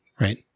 right